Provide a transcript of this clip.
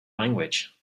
language